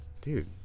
dude